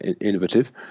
innovative